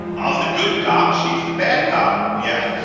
i'm the good cop, she's the bad cop, yeah?